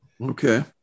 Okay